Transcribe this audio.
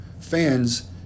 fans